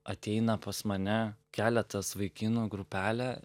ateina pas mane keletas vaikinų grupelė